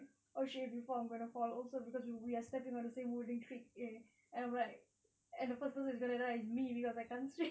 oh shit if you fall I'm gonna fall also cause we are stepping on the same wooden creak eh and I'm like and the first person is gonna die is me cause I can't swim